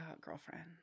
girlfriend